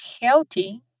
healthy